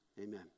Amen